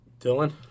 Dylan